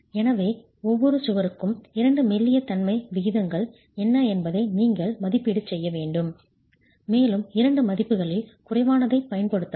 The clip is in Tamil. எனவே ஒவ்வொரு சுவருக்கும் இரண்டு மெல்லிய தன்மை விகிதங்கள் என்ன என்பதை நீங்கள் மதிப்பீடு செய்ய வேண்டும் மேலும் இரண்டு மதிப்புகளில் குறைவானதைப் பயன்படுத்தவும்